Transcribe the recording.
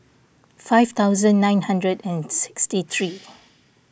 five thousand nine hundred and sixty three